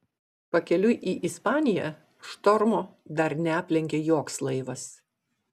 pakeliui į ispaniją štormo dar neaplenkė joks laivas